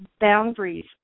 boundaries